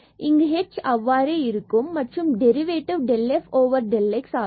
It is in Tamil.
இங்கு h அவ்வாறே இருக்கும் மற்றும் derivative derivative del f del x ஆகும்